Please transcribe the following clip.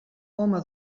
home